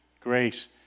Grace